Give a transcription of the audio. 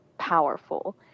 powerful